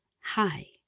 hi